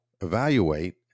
evaluate